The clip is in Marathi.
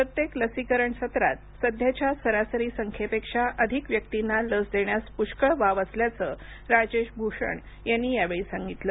प्रत्येक लसीकरण सत्रात सध्याच्या सरासरी संख्येपेक्षा अधिक व्यक्तींना लस देण्यास पुष्कळ वाव असल्याचं राजेश भूषण यांनी यावेळी सांगितलं